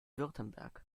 württemberg